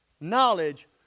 knowledge